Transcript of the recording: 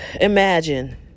Imagine